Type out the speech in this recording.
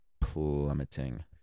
plummeting